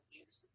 use